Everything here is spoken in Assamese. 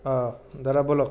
অঁ দাদা ব'লক